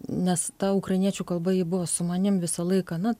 nes ta ukrainiečių kalba ji buvo su manim visą laiką na